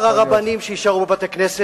הוא אמר: הרבנים שיישארו בבתי-הכנסת.